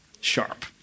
sharp